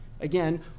Again